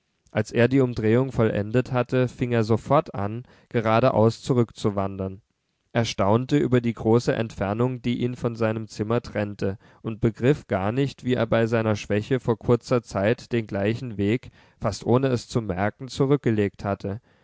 als er die umdrehung vollendet hatte fing er sofort an geradeaus zurückzuwandern er staunte über die große entfernung die ihn von seinem zimmer trennte und begriff gar nicht wie er bei seiner schwäche vor kurzer zeit den gleichen weg fast ohne es zu merken zurückgelegt hatte